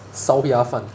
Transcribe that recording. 烧鸭饭